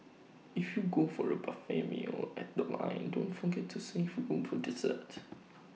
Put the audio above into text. if you go for A buffet meal at The Line don't forget to save room for dessert